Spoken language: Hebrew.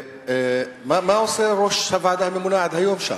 מה עושה ראש הוועד הממונה עד היום שם?